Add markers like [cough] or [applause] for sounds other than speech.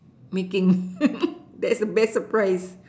making [laughs] that's the best surprise